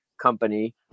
company